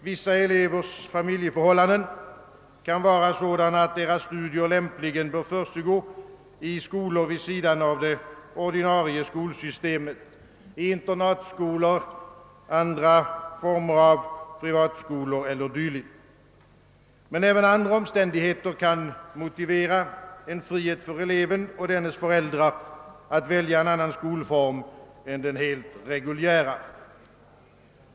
Vissa elevers familjeförhållanden kan otvivelaktigt vara sådana att elevernas studier lämpligen bör försiggå i skolor vid sidan av det ordinarie skolsystemet — i internatskolor, andra former av privatskolor e. d. Men även andra omständigheter kan motivera en frihet för eleven och dennes föräldrar att välja en annan skolform än den helt reguljära.